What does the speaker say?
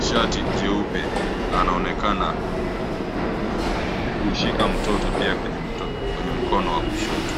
shati jeupe na anaonekana kushika mtoto pia kwenye mkono wa kushoto.